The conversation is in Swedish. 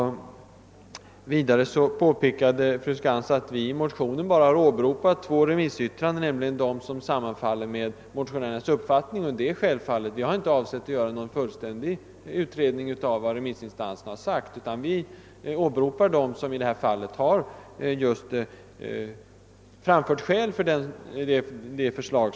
Vidare påpekade fru Skantz att vi motionärer bara har åberopat två remissyttranden, nämligen de som sammanfaller med vår uppfattning. Ja, det är väl självklart. Vi har inte avsett att göra någon fullständig redovisning av vad remissinstanserna anfört utan har bara tagit med yttranden där man anfört skäl för vårt förslag.